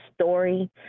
story